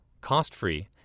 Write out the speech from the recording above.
cost-free